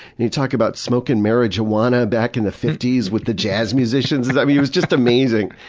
and he'd talk about smoking marry-jah-wanna back in the fifties with the jazz musicians, i mean he was just amazing.